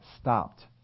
stopped